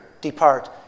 depart